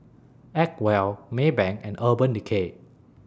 Acwell Maybank and Urban Decay